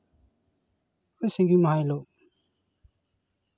ᱥᱤᱸᱜᱤ ᱢᱟᱦᱟ ᱦᱤᱞᱳᱜ